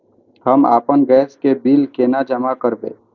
हम आपन गैस के बिल केना जमा करबे?